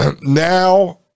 now